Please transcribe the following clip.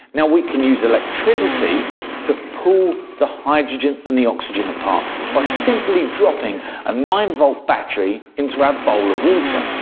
now we can use electricity to pull the hydrogen and the oxygen apart by simply dropping a nine volt battery into our bowl of water.